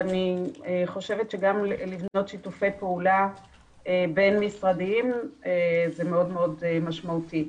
ואני חושבת שגם לבנות שיתופי פעולה בין-משרדיים זה מאוד משמעותי.